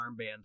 armband